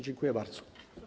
Dziękuję bardzo.